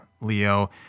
Leo